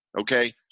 okay